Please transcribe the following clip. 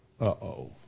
Uh-oh